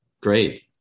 Great